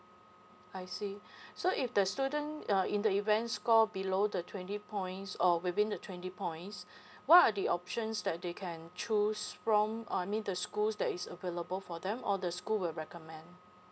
I see so if the student uh in the event score below the twenty points or within the twenty points what are the options that they can choose from I mean the schools that is available for them or the school will recommend